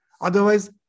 otherwise